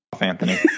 Anthony